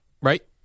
right